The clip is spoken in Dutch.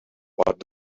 wat